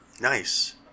Nice